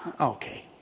okay